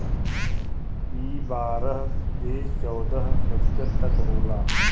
ई बारह से चौदह प्रतिशत तक होला